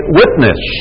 witness